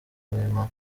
wema